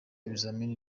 ibizamini